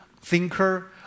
thinker